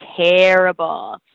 terrible